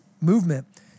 movement